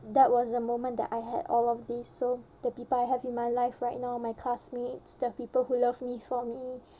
that was the moment that I had all of this so the people I have in my life right now my classmates the people who love me for me